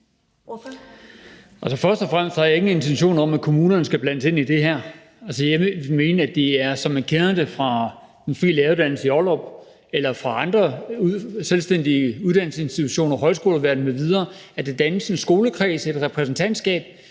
Først og fremmest har jeg ingen intentioner om, at kommunerne skal blandes ind i det her. Jeg vil mene, at det er, som man kender det fra Den Frie Lærerskole i Ollerup eller fra andre selvstændige uddannelsesinstitutioner, højskoleverdenen m.v., nemlig at der dannes en skolekreds, et repræsentantskab,